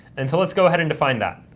and so let's go ahead and define that.